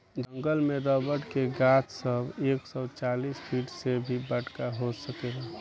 जंगल में रबर के गाछ सब एक सौ चालीस फिट से भी बड़का हो सकेला